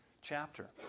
chapter